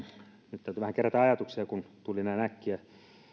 nyt täytyy vähän kerätä ajatuksia kun tuli näin äkkiä